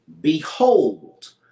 Behold